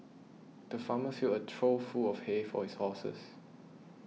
the farmer filled a trough full of hay for his horses